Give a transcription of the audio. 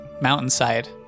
mountainside